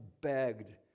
begged